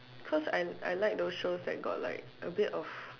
cause I I like those shows that got like a bit of